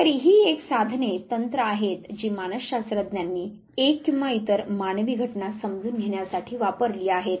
तर ही एक साधने तंत्र आहेत जी मानस शास्त्रज्ञांनी एक किंवा इतर मानवी घटना समजून घेण्यासाठी वापरली आहेत